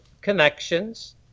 connections